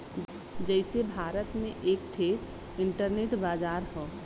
जइसे भारत में एक ठे इन्टरनेट बाजार हौ